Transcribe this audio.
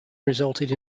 resulted